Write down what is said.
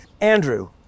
Andrew